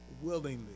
willingly